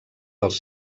dels